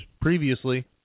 previously